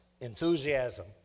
enthusiasm